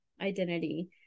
identity